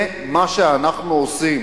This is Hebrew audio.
זה מה שאנחנו עושים.